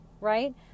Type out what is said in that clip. right